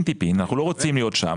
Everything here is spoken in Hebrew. רולנד, אני רוצה לחדד את זה.